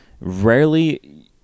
rarely